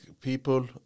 people